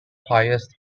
highest